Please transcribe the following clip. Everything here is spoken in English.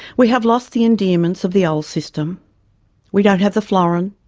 we have lost the endearments of the old system we don't have the florin,